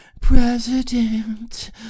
President